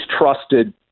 trusted